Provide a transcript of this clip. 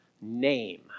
name